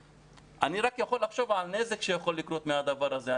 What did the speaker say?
אני רק יכול לחשוב על נזק שיכול לקרות מהדבר הזה.